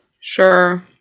sure